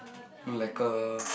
Malacca